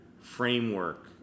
framework